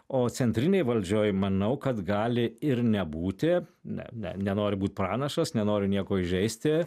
o centrinėj valdžioj manau kad gali ir nebūti ne ne nenoriu būt pranašas nenoriu nieko įžeisti